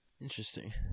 interesting